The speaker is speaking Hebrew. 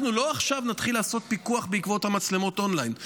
אנחנו לא נתחיל לעשות עכשיו פיקוח בעקבות מצלמות האון-ליין.